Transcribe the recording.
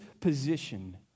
position